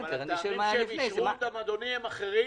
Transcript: אבל הטעמים שהם אישרו הם טעמים אחרים.